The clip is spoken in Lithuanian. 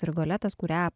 rigoletas kurią